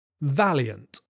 valiant